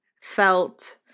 felt